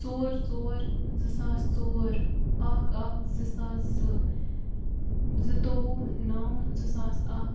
ژور ژور زٕ ساس ژور اَکھ اَکھ زٕ ساس زٕ زٕتووُہ نَو زٕ ساس اَکھ